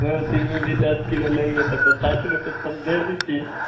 ती कीवी भी दस किलो लेंगे त प साठ रुपये तब दे दीजिए